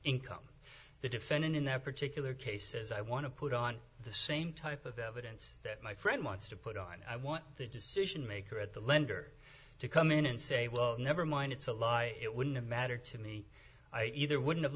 income the defendant in that particular case says i want to put on the same type of evidence that my friend wants to put on i want the decision maker at the lender to come in and say well never mind it's a lie it wouldn't matter to me i either wouldn't have